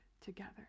together